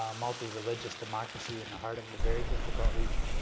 ah multi-religious democracy in the heart of a very difficult region.